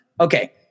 Okay